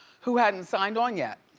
who hadn't signed on yet.